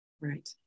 right